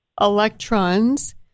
Electrons